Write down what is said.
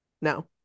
No